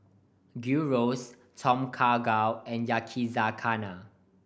Gyros Tom Kha Gai and Yakizakana